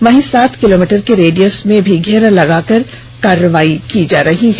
वहीं सात किलोमीटर के रेडियस में भी घेरा लगाकर कार्यवाही की जा रही है